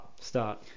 Start